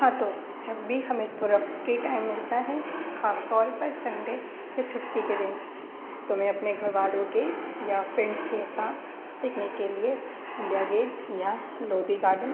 ہاں تو جب بھی ہمیں تھوڑا فری ٹائم ملتا ہے خاص طور پر سنڈے یا چھٹی کے دن تو میں اپنے گھر والوں کے یا فرینڈس کے ساتھ پکنک کے لیے انڈیا گیٹ یا لودی گارڈن